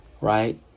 right